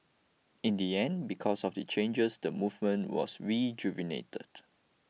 in the end because of the changes the movement was rejuvenated